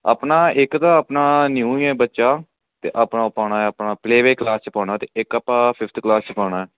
ਆਪਣਾ ਇੱਕ ਤਾਂ ਆਪਣਾ ਨਿਊ ਹੀ ਹੈ ਬੱਚਾ ਅਤੇ ਆਪਣਾ ਪਾਉਣਾ ਆਪਣਾ ਪਲੇਵੇ ਕਲਾਸ 'ਚ ਪਾਉਣਾ ਅਤੇ ਇੱਕ ਆਪਾਂ ਫਿਫਥ ਕਲਾਸ 'ਚ ਪਾਉਣਾ